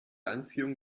anziehung